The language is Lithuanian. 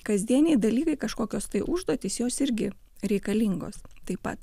kasdieniai dalykai kažkokios tai užduotys jos irgi reikalingos taip pat